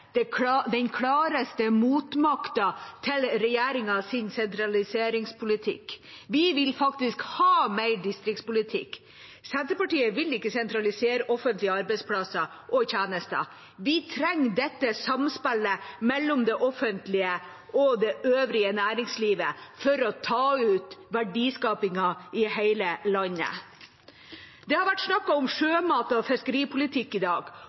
den klareste motmakta til regjeringas sentraliseringspolitikk. Vi vil faktisk ha mer distriktspolitikk. Senterpartiet vil ikke sentralisere offentlige arbeidsplasser og tjenester. Vi trenger dette samspillet mellom det offentlige og det øvrige næringslivet for å ta ut verdiskapingen i hele landet. Det har vært snakk om sjømat og fiskeripolitikk i dag.